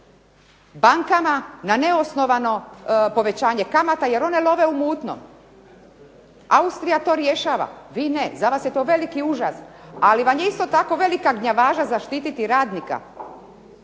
bankama na neosnovano povećanje kamata, jer one love u mutnom. Austrija to rješava, vi ne. Za vas je to veliki užas. Ali vam je isto tako velika gnjavaža zaštiti radnika